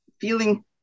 feeling